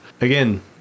Again